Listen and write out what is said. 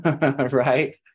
right